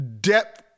depth